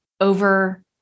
over